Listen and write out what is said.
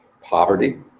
poverty